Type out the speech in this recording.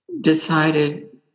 decided